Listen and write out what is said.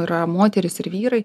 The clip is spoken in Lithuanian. yra moterys ir vyrai